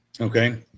Okay